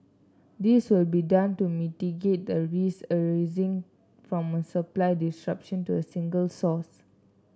this will be done to mitigate the risk arising from a supply disruption to a single source